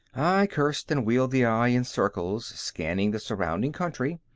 i cursed and wheeled the eye in circles, scanning the surrounding country.